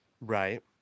Right